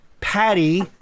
Patty